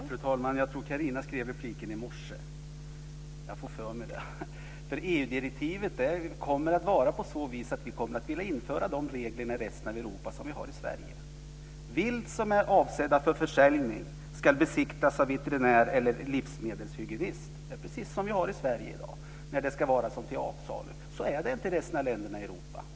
Fru talman! Jag tror att Catharina skrev den repliken i morse. Jag får för mig det. EU-direktivet kommer att gå ut på att vi kommer att vilja införa de regler i resten av Europa som vi har i Sverige. Vilt som är avsett för försäljning ska besiktigas av veterinär eller livsmedelshygienist. Det är precis som vi har det i Sverige i dag när köttet ska gå till avsalu. Så är det inte i resten av länderna i Europa.